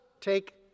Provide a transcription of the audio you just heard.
take